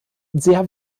sehr